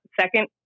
Second